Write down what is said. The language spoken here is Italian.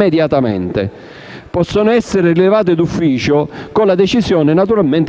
immediatamente. Possono essere rilevate di ufficio naturalmente, con la decisione,